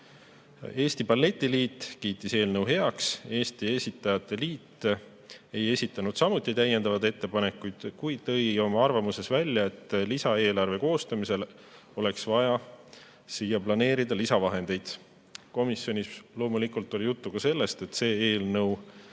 Eesti Balletiliit kiitis eelnõu heaks. Eesti Esitajate Liit ei esitanud samuti täiendavaid ettepanekuid, kuid tõi oma arvamuses välja, et lisaeelarve koostamisel oleks vaja siia planeerida lisavahendeid. Komisjonis oli loomulikult juttu ka sellest, et see eelnõu